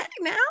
now